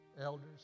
Elders